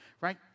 right